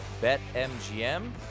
BetMGM